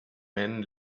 man